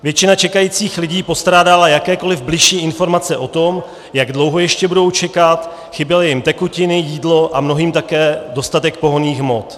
Většina čekajících lidí postrádala jakékoliv bližší informace o tom, jak dlouho ještě budou čekat, chyběly jim tekutiny, jídlo a mnohým také dostatek pohonných hmot.